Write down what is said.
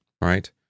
right